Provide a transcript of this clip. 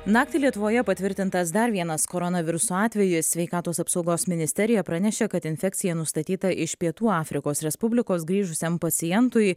naktį lietuvoje patvirtintas dar vienas koronaviruso atvejis sveikatos apsaugos ministerija pranešė kad infekcija nustatyta iš pietų afrikos respublikos grįžusiam pacientui